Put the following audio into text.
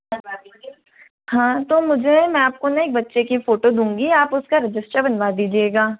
हाँ तो मुझे मैं आपको नहीं बच्चे की फोटो दूँगी आप उसका रजिस्टर बनवा दीजिएगा